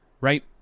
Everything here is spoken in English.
right